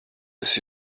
esi